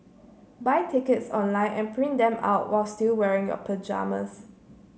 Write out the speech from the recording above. buy tickets online and print them out while still wearing your pyjamas